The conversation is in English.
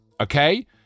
Okay